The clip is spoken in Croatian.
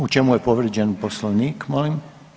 U čemu je povrijeđen Poslovnik, molim?